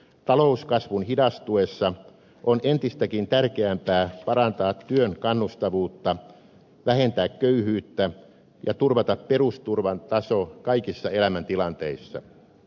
talouskasvun hidastuessa on entistäkin tärkeämpää parantaa työn kannustavuutta vähentää köyhyyttä ja turvata perusturvan taso kaikissa elämäntilanteissa